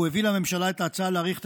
והוא הביא לממשלה את ההצעה להאריך את